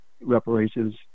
reparations